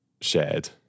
shared